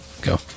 Go